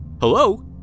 Hello